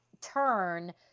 turn